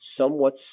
somewhat